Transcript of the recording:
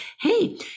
hey